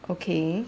okay